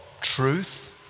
truth